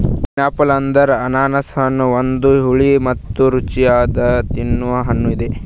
pineapple ಅಂದುರ್ ಅನಾನಸ್ ಹಣ್ಣ ಒಂದು ಹುಳಿ ಮತ್ತ ರುಚಿಯಾದ ತಿನ್ನೊ ಹಣ್ಣ ಅದಾ